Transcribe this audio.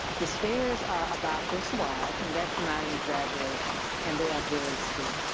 the stairs are about this wide, and that's not an exaggeration, and they are very steep.